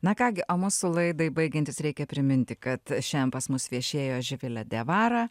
na ką gi o mūsų laidai baigiantis reikia priminti kad šiandien pas mus viešėjo živilė diawara